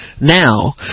Now